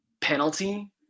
penalty